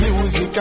Music